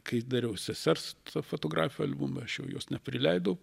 kai dariau sesers fotografijų albumą aš jau jos neprileidau